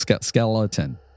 Skeleton